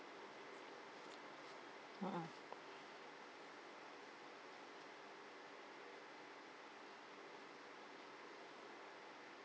uh uh